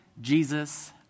Jesus